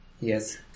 Yes